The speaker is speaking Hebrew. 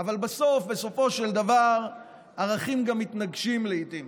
אבל בסוף, בסופו של דבר, ערכים גם מתנגשים לעיתים,